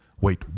Wait